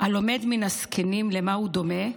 "הלומד מן הזקנים למה הוא דומה?